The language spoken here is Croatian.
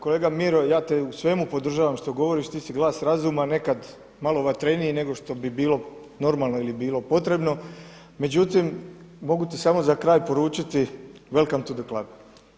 Kolega Miro, ja te u svemu podržavam što govoriš, ti si glas razuma nekad malo vatreniji nego što bi bilo normalno ili bilo potrebno, međutim mogu ti samo za kraj poručiti „welcome to the club“